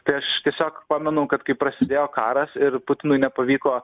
tai aš tiesiog pamenu kad kai prasidėjo karas ir putinui nepavyko